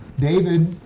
David